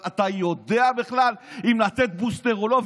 אתה יודע בכלל אם לתת בוסטר או לא?